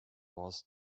was